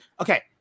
Okay